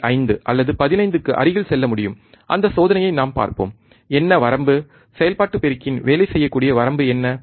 5 அல்லது 15 க்கு அருகில் செல்ல முடியும் அந்த சோதனையை நாம் பார்ப்போம் என்ன வரம்பு செயல்பாட்டு பெருக்கியின் வேலை செய்யக்கூடிய வரம்பு என்ன சரி